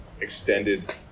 extended